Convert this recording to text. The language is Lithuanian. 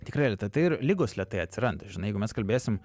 tikrai lėta tai ir ligos lėtai atsiranda žinai jeigu mes kalbėsim